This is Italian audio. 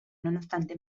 nonostante